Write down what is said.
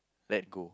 let go